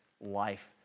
life